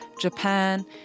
Japan